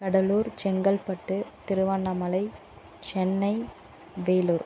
Cuddalore Chengalpattu Tiruvannamalai Chennai Vellore